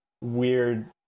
weird